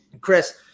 Chris